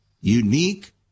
unique